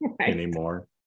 anymore